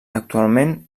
actualment